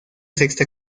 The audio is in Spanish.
sexta